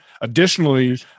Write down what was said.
Additionally